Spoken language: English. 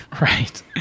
Right